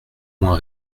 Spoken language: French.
moins